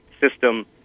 system